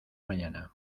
mañana